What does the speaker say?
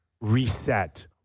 reset